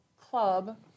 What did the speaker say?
Club